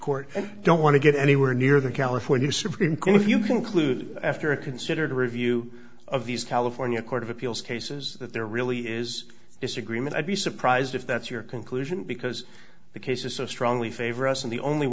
court don't want to get anywhere near the california supreme court if you conclude after a considered review of these california court of appeals cases that there really is disagreement i'd be surprised if that's your conclusion because the cases so strongly favor us and the only